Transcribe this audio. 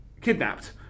kidnapped